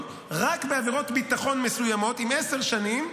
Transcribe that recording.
רק בעבירות ביטחון מסוימות עם עשר שנים,